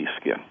skin